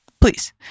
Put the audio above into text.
please